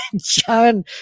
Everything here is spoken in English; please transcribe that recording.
John